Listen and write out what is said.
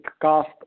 cost